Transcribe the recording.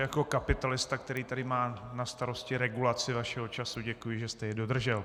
Jako kapitalista, který tady má na starosti regulaci vašeho času, děkuji, že jste jej dodržel.